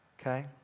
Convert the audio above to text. Okay